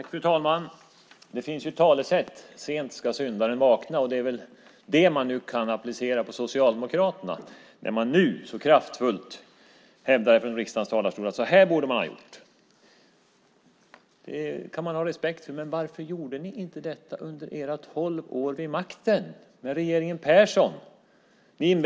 Fru talman! Det finns ett talesätt som lyder: Sent ska syndaren vakna. Det är väl det som man nu kan applicera på Socialdemokraterna när de nu så kraftfullt från riksdagens talarstol hävdar hur man borde ha gjort. Det kan man ha respekt för. Men varför gjorde ni inte detta under era tolv år vid makten med regeringen Persson?